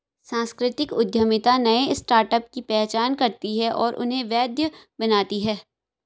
सांस्कृतिक उद्यमिता नए स्टार्टअप की पहचान करती है और उन्हें वैध बनाती है